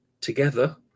together